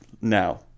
now